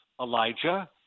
Elijah